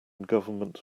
government